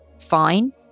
fine